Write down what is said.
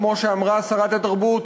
כמו שאמרה שרת התרבות,